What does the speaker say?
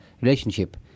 relationship